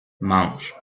mange